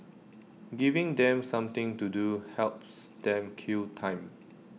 giving them something to do helps them kill time